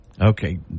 Okay